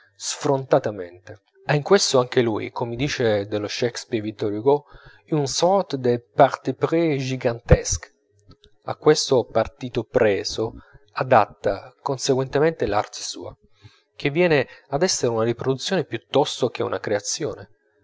sfrontatamente ha in questo anche lui come dice dello shakespeare vittor hugo une sorte de parti pris gigantesque a questo partito preso adatta conseguentemente l'arte sua che viene ad essere una riproduzione piuttosto che una creazione